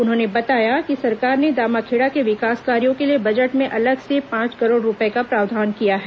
उन्होंने बताया कि सरकार ने दामाखेड़ा के विकास कार्यों के लिए बजट में अलग से पांच करोड़ रूपये का प्रावधान किया है